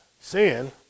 sin